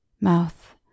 Mouth